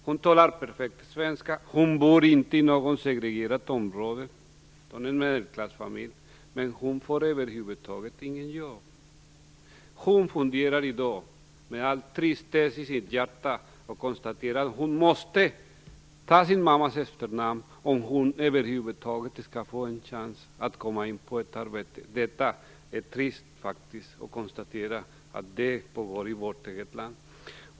Hon talar perfekt svenska, hon bor inte i något segregerat område, hon kommer från en medelklassfamilj, men hon får över huvud taget inget jobb. Hon funderar i dag - med sorg i hjärtat - på att byta namn. Hon konstaterar att hon måste ta sin mammas efternamn om hon över huvud taget skall få en chans att få ett arbete. Det är faktiskt trist att behöva konstatera att det är så i vårt eget land.